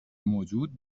موجود